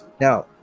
Now